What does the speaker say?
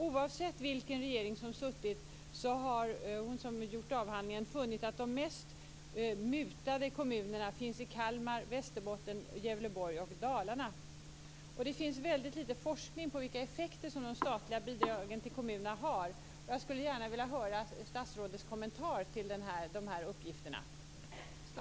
Oavsett vilket regeringen som suttit har hon funnit att de mest mutade kommunerna finns i Kalmar, Det finns väldigt lite forskning om vilka effekter som de statliga bidragen till kommunerna har. Jag skulle gärna vilja höra statsrådets kommentar till de här uppgifterna.